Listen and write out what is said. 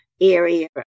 area